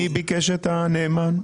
מי ביקש את הנאמן?